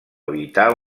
evitar